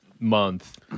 month